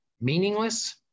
meaningless